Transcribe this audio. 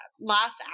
last